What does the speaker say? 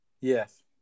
Yes